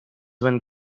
when